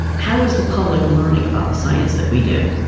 how is the public learning about the science that we do?